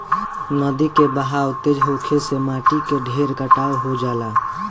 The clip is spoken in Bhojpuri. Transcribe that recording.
नदी के बहाव तेज होखे से माटी के ढेर कटाव हो जाला